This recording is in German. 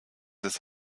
ist